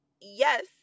yes